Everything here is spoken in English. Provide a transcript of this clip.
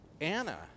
Anna